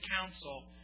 council